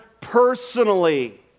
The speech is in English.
personally